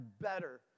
better